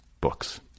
books